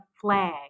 flag